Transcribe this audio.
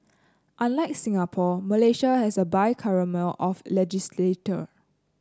unlike Singapore Malaysia has a bicameral of legislature